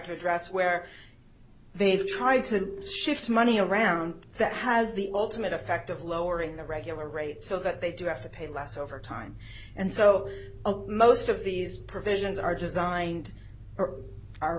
to address where they've tried to shift money around that has the ultimate effect of lowering the regular rate so that they do have to pay less overtime and so most of these provisions are designed